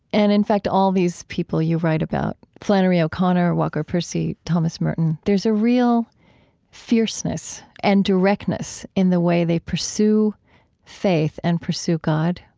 and in fact all these people you write about flannery o'connor, walker percy, thomas merton. there's a real fierceness and directness in the way they pursue faith and pursue god.